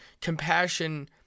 compassion